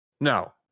No